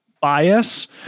bias